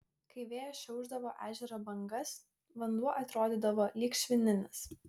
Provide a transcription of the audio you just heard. kai vėjas šiaušdavo ežero bangas vanduo atrodydavo lyg švininis